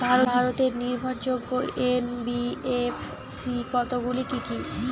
ভারতের নির্ভরযোগ্য এন.বি.এফ.সি কতগুলি কি কি?